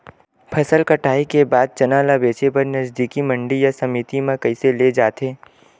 फसल कटाई के बाद चना ला बेचे बर नजदीकी मंडी या समिति मा कइसे ले जाथे?